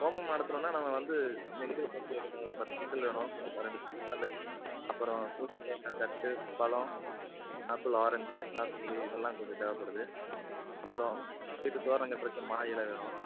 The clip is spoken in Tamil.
ஹோமம் நடத்துனாேனால் நம்ம வந்து செங்கல் கொஞ்சம் வேணும் பத்து செங்கல் வேணும் கொஞ்சம் பன்னெண்டு அப்புறம் பூஜைக்கு தேவையான தட்டு பழம் ஆப்பிள் ஆரஞ்சு சாத்துக்குடி இதெல்லாம் கொஞ்சம் தேவைப்படுது அப்புறம் வீட்டு தோரணம் கட்டுகிறக்கு மாயிலை வேணும்